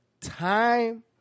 time